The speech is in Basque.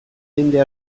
jende